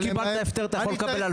אם קיבלת הפטר אתה יכול לקבל הלוואה.